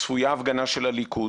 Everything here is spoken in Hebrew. צפויה הפגנה של הליכוד,